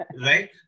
right